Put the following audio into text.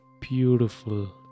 beautiful